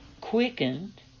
quickened